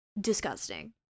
Disgusting